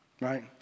Right